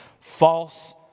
false